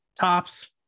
tops